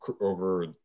over